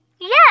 Yes